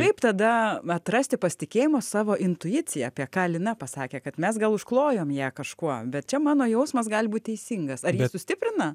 kaip tada atrasti pasitikėjimo savo intuicija apie ką lina pasakė kad mes gal užklojom ją kažkuo bet čia mano jausmas gali būt teisingas ar jis sustiprina